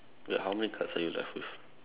wait how many cards are you left with